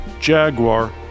Jaguar